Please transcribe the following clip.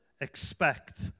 expect